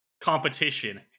competition